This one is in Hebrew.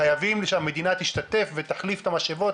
חייבים שהמדינה תשתתף ותחליף את המשאבות,